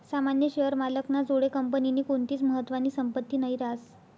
सामान्य शेअर मालक ना जोडे कंपनीनी कोणतीच महत्वानी संपत्ती नही रास